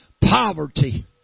poverty